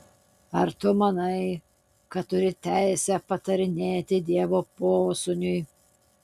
ar tu manai kad turi teisę patarinėti dievo posūniui